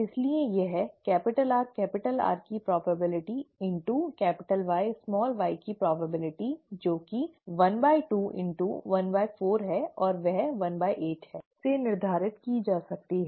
इसलिए यह RR की संभावना into Yy की संभावना जो कि ½ x ¼ है और वह 18 है से निर्धारित की जा सकती है